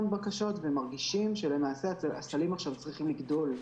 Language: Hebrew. בקשות ומרגישים שהסלים צריכים עכשיו לגדול.